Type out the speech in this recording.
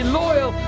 loyal